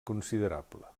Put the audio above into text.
considerable